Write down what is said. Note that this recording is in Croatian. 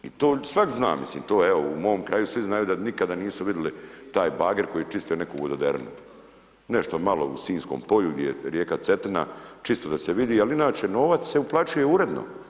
I to sad znam, mislim to evo, u mom kraju svi znaju da nikada nisu vidjeli taj bager koji čisti neku vododerinu, nešto malo, nešto malo u Sinjskom polju gdje je rijeka Cetina čisto da se vidi ali inače novac se uplaćuje uredno.